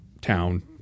town